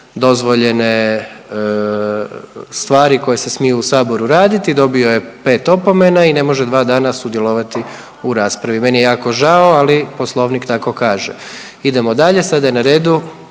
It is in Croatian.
dozvoljene stvari koje se smiju u Saboru raditi, dobio je 5. opomena i ne može 2 dana sudjelovati u raspravi. Meni je jako žao, ali Poslovnik tako kaže. Idemo dalje, sada je na redu